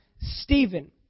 Stephen